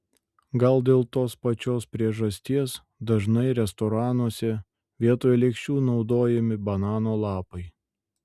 gal dėl tos pačios priežasties dažnai restoranuose vietoj lėkščių naudojami banano lapai